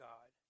God